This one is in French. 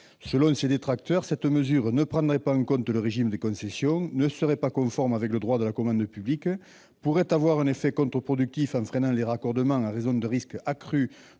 Selon ses détracteurs, cette mesure ne prendrait pas en compte le régime des concessions, ne serait pas conforme au droit de la commande publique, pourrait avoir un effet contre-productif en freinant les raccordements en raison d'un risque accru